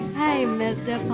hey mr.